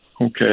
Okay